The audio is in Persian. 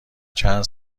چند